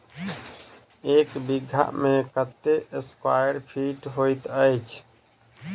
एक बीघा मे कत्ते स्क्वायर फीट होइत अछि?